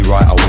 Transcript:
Right